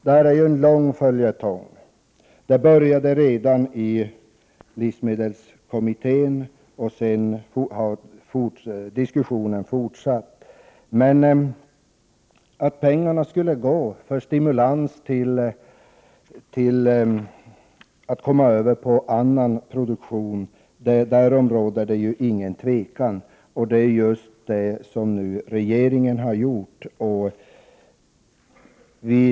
Detta är en lång följetong som började redan i livsmedelskommittén, och sedan har diskussionen fortsatt. Men att pengarna skall gå till att stimulera övergång till annan produktion, därom råder det ingen tvekan, och det är just det som sker med de åtgärder regeringen föreslår.